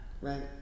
right